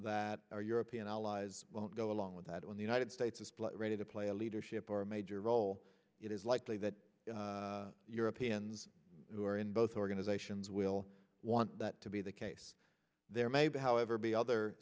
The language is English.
that our european allies well go along with that when the united states is ready to play a leadership or a major role it is likely that europeans who are in both organizations will want that to be the case there may be however be other